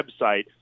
website